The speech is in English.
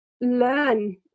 learn